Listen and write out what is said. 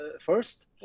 first